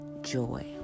joy